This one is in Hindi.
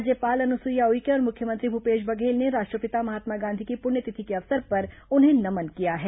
राज्यपाल अनुसुईया उइके और मुख्यमंत्री भूपेश बघेल ने राष्ट्रपिता महात्मा गांधी की पुण्यतिथि के अवसर पर उन्हें नमन किया है